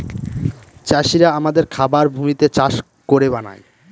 চাষিরা আমাদের খাবার ভূমিতে চাষ করে বানায়